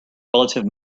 relative